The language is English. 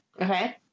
Okay